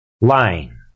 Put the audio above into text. line